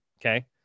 Okay